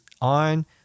on